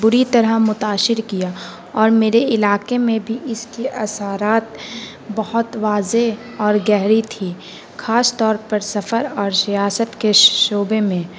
بری طرح متاثر کیا اور میرے علاقے میں بھی اس کی اثرات بہت واضح اور گہری تھی خاص طور پر سفر اور سیاست کے شعبے میں